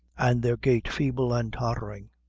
and their gait feeble and tottering.